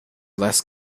less